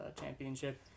championship